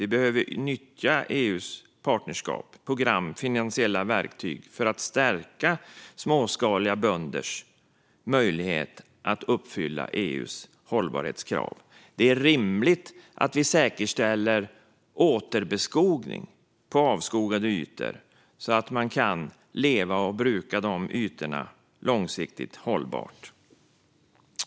Vi behöver nyttja EU:s partnerskap, program och finansiella verktyg för att stärka småskaliga bönders möjlighet att uppfylla EU:s hållbarhetskrav. Det är rimligt att vi säkerställer återbeskogning på avskogade ytor, så att det går att leva på och bruka de ytorna långsiktigt hållbart.